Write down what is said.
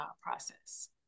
process